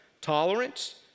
tolerance